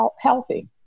healthy